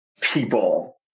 people